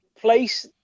place